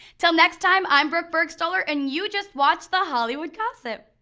til next time i'm brooke burgstahler and you just watched the hollywood gossip.